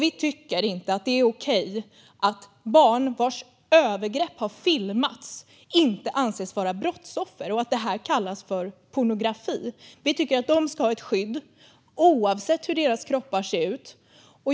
Vi tycker inte att det är okej att barn vars övergrepp har filmats inte anses vara brottsoffer och att detta kallas för pornografi. Vi tycker att de ska ha ett skydd, oavsett hur deras kroppar ser ut.